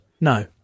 no